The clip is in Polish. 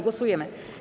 Głosujemy.